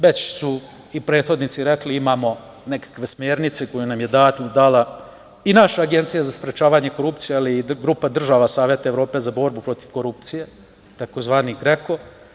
Već su i prethodni rekli da imamo nekakve smernice koje nam je dala i naša Agencija za sprečavanje korupcije, ali i grupa država Saveta Evrope za borbu protiv korupcije, tzv. GREKO.